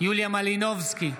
יוליה מלינובסקי,